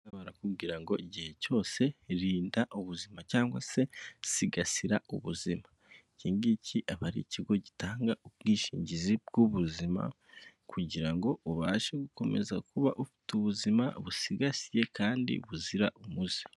Barimo barakubwira ngo igihe cyose rinda ubuzima cyangwa se sigasira ubuzima ikingiki aba ari ikigo gitanga ubwishingizi bw'ubuzima, kugira ngo ubashe gukomeza kuba ufite ubuzima busigasiye kandi buzira umuze.